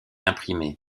imprimés